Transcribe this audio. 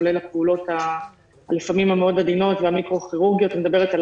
כולל הפעולות הלפעמים מאוד עדינות והמיקרו כירורגיות אני מדברת על